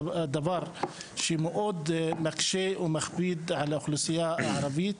זה דבר שמאוד מקשה ומכביד על האוכלוסייה הערבית